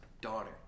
daughter